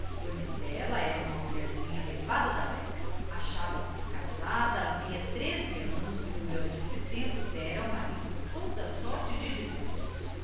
estela era uma mulherzinha levada da breca achava-se casada havia treze anos e durante esse tempo dera ao marido toda sorte de desgostos